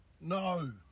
No